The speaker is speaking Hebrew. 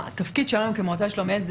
התפקיד שלנו במועצה לשלום הילד,